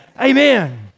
Amen